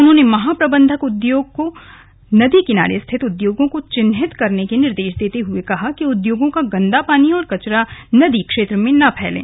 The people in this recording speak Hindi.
उन्होंने महाप्रबंधक उद्योग को नदी किनारे स्थित उद्योगों को चिहिन्त् करने के निर्देश देते हुए कहा कि उद्योगों का गंदा पानी और कचरा नदी क्षेत्र में न डालें